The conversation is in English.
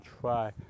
try